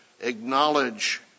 Acknowledge